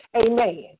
Amen